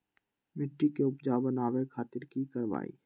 मिट्टी के उपजाऊ बनावे खातिर की करवाई?